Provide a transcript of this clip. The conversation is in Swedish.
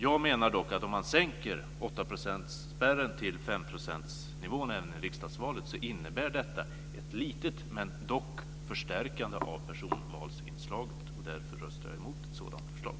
Jag menar dock att om man sänker 8-procentsspärren till 5-procentsnivån även i riksdagsvalet, innebär detta ett litet, men dock, förstärkande av personvalsinslaget. Därför röstar jag emot ett sådant förslag.